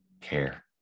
care